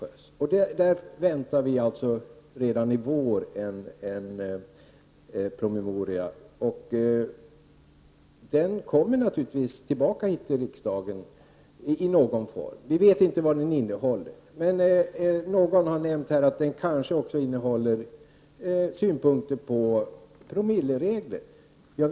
Redan i vår väntar vi alltså en promemoria. Den kommer naturligtvis i någon form till riksdagen. Vi vet inte vad den kommer att innehålla, men någon har nämnt att den kanske kommer att innehålla synpunkter på promilleregler.